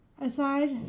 Aside